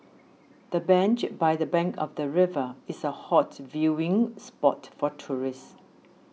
the bench by the bank of the river is a hot viewing spot for tourist